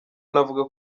anavuga